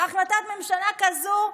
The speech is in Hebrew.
בהחלטת ממשלה כזו,